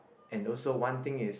and also one thing is